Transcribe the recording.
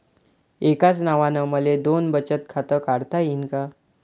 एकाच नावानं मले दोन बचत खातं काढता येईन का?